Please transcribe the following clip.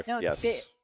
yes